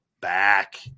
back